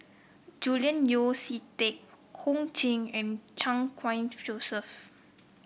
Julian Yeo See Teck Ho Ching and Chan Khun Joseph